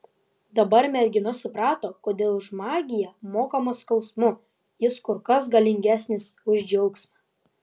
dabar mergina suprato kodėl už magiją mokama skausmu jis kur kas galingesnis už džiaugsmą